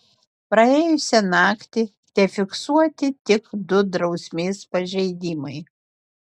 praėjusią naktį tefiksuoti tik du drausmės pažeidimai